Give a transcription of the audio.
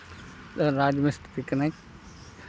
ᱨᱟᱡᱽ ᱢᱤᱥᱛᱨᱤ ᱠᱟᱹᱱᱟᱹᱧ